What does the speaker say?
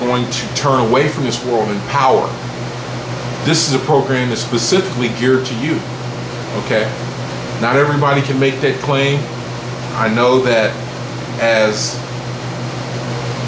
going to turn away from this world and power this is a program that specifically geared to you ok not everybody can make that claim i know that as